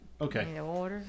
Okay